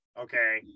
Okay